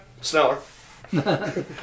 Sneller